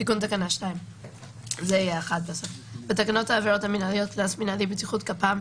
תיקון תקנה 2 בתקנות העבירות המינהליות (קנס מינהלי-בטיחות גפ"מ),